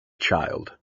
child